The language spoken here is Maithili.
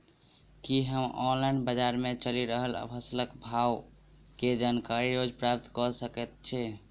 की हम ऑनलाइन, बजार मे चलि रहल फसलक भाव केँ जानकारी रोज प्राप्त कऽ सकैत छी?